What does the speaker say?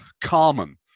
Carmen